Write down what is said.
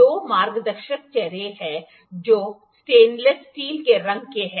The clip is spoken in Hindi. दो मार्गदर्शक चेहरे हैं जो स्टेनलेस स्टील के रंग के हैं